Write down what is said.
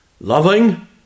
loving